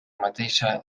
mateixa